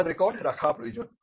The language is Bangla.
সুতরাং রেকর্ড রাখা প্রয়োজন